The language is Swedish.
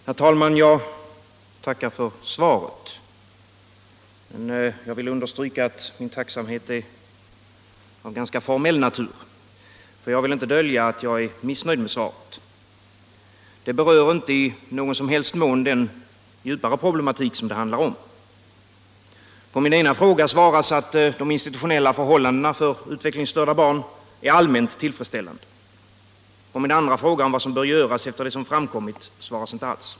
Herr talman! Jag tackar för svaret, men jag vill understryka att min tacksamhet är av ganska formell natur. Jag vill inte dölja att jag är missnöjd med svaret. Det berör inte i någon som helst mån den problematik som det handlar om. På min ena fråga svaras att de institutionella förhållandena för utvecklingsstörda barn är allmänt tillfredsställande. På min andra fråga, om vad som bör göras efter det som framkommit, svaras inte alls.